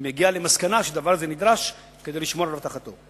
אם הגיע למסקנה שדבר זה נדרש כדי לשמור על אבטחתו.